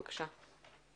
בבקשה.